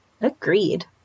Agreed